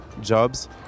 jobs